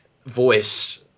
voice